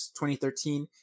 2013